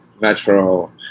Metro